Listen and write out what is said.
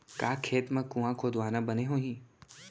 का खेत मा कुंआ खोदवाना बने होही?